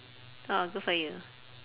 orh good for you